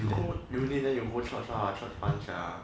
you code unit then you go charge card punch ah